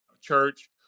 church